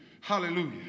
Hallelujah